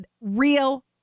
real